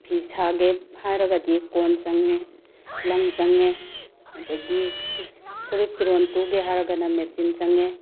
ꯐꯤ ꯁꯥꯒꯦ ꯍꯥꯏꯔꯒꯗꯤ ꯀꯣꯟ ꯆꯪꯉꯦ ꯂꯪ ꯆꯪꯉꯦ ꯑꯗꯒꯤ ꯐꯨꯔꯤꯠ ꯐꯤꯔꯣꯟ ꯇꯧꯒꯦ ꯍꯥꯏꯇꯒꯅ ꯃꯦꯆꯤꯟ ꯆꯪꯉꯦ